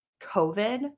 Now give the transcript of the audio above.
COVID